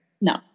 No